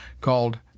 called